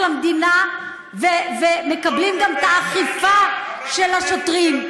המדינה ומקבלים גם את האכיפה של השוטרים,